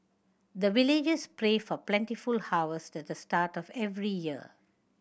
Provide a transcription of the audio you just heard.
the villagers pray for plentiful harvest at the start of every year